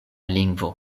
lingvo